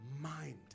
mind